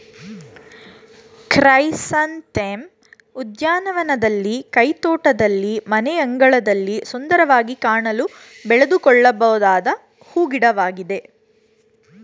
chrysanthemum ಉದ್ಯಾನವನದಲ್ಲಿ, ಕೈತೋಟದಲ್ಲಿ, ಮನೆಯಂಗಳದಲ್ಲಿ ಸುಂದರವಾಗಿ ಕಾಣಲು ಬೆಳೆದುಕೊಳ್ಳಬೊದಾದ ಹೂ ಗಿಡವಾಗಿದೆ